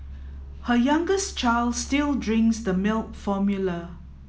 her youngest child still drinks the milk formula